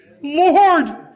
Lord